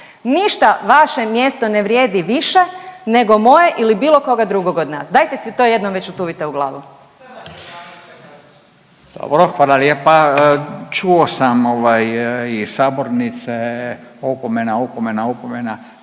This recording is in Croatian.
Ništa vaše mjesto ne vrijedi više nego moje ili bilo koga drugog od nas. Dajte si to jednom već utuvite u glavu. **Radin, Furio (Nezavisni)** Dobro, hvala lijepa. Čuo sam iz sabornice opomena, opomena, opomena,